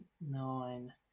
Nine